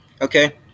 okay